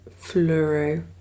fluoro